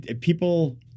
people